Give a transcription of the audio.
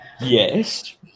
yes